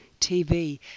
TV